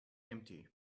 empty